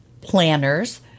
planners